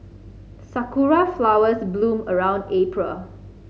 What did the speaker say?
sakura flowers bloom around April